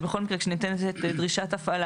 שבכל מקרה כשניתנת דרישת הפעלה,